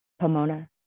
Pomona